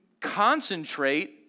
concentrate